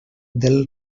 del